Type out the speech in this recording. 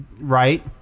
right